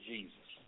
Jesus